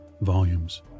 volumes